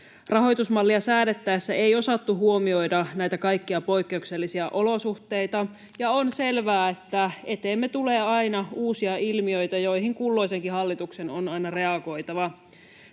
Rahoitusmallia säädettäessä ei osattu huomioida näitä kaikkia poikkeuksellisia olosuhteita, ja on selvää, että eteemme tulee aina uusia ilmiöitä, joihin kulloisenkin hallituksen on aina reagoitava.